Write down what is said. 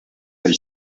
del